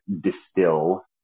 distill